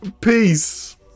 Peace